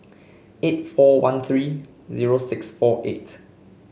eight four one three zero six four eight